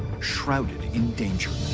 shrouded in danger.